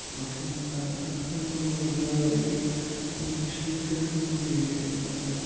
മറ്റു തടസ്സങ്ങളൊന്നും ഇല്ലാതെ തന്നെ പെർമിഷൻ എല്ലാം കിട്ടുമെന്നാന്ന് വിചാരിച്ചത് ബട്ട്